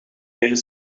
leren